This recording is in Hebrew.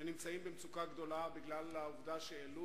שנמצאים במצוקה גדולה בגלל העובדה שהעלו